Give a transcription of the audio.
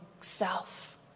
self